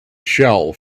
shell